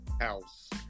house